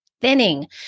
thinning